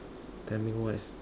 tell me what is